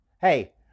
Hey